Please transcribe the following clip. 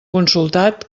consultat